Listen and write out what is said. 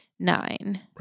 nine